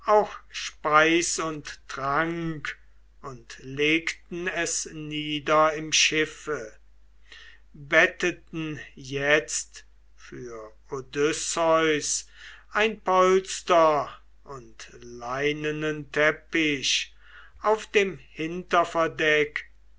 speis und trank und legten es nieder im schiffe betteten jetzt für odysseus ein polster und leinenen teppich auf dem